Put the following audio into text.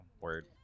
Word